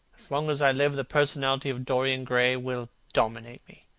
as long as i live, the personality of dorian gray will dominate me.